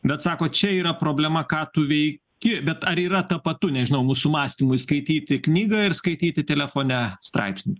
bet sako čia yra problema ką tu veiki bet ar yra tapatu nežinau mūsų mąstymui skaityti knygą ir skaityti telefone straipsnį